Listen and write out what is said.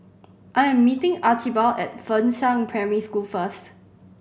I am meeting Archibald at Fengshan Primary School first